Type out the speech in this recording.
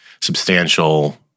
substantial